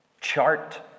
chart